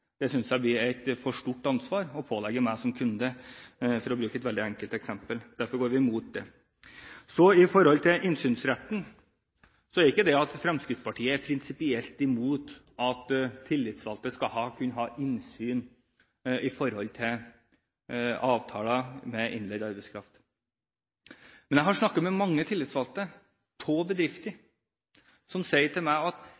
kunde. Derfor går vi imot det. Når det gjelder innsynsretten, er det ikke slik at Fremskrittspartiet prinsipielt er imot at tillitsvalgte skal kunne ha innsyn i avtaler med innleid arbeidskraft. Men jeg har snakket med mange tillitsvalgte i bedrifter som sier til meg at